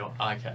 okay